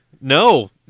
No